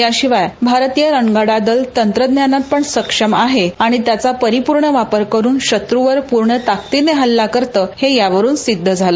याशिवाय भारतीय रणगाडा दल तंत्रज्ञानात पण सक्षम आहे आणि त्याचा परिपूर्ण वापर करून शत्रूवर पूर्ण ताकतिन हल्ला करतं हे यावरून सिद्ध झालं